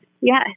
Yes